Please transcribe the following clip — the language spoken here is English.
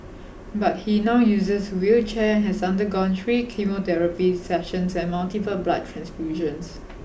but he now uses wheelchair has undergone three chemotherapy sessions and multiple blood transfusions